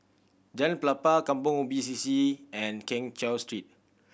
Jalan Pelepah Kampong Ubi C C and Keng Cheow Street